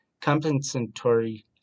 compensatory